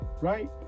right